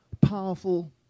powerful